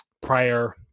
prior